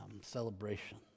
celebration